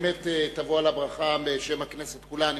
באמת תבוא על הברכה בשם הכנסת כולה.